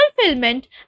fulfillment